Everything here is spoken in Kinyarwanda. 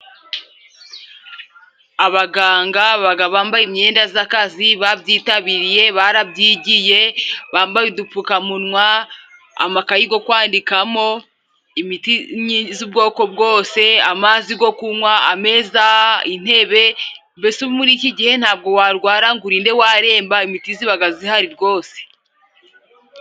Abaganga baba bambaye imyenda y'akazi babyitabiriye, barabyigiye, bambaye udupfukamunwa, amakayi yo kwandikamo, imiti y'ubwoko bwose, amazi yo kunywa, ameza, intebe mbese ubu muri iki gihe ntabwo warwara ngo urinde wareremba, imiti iba ihari rwose.